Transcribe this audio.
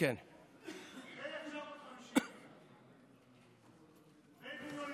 ב-1950 בן-גוריון